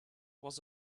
was